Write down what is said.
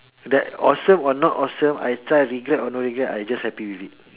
that awesome or not awesome I try regret or no regret I just happy with it